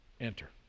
enter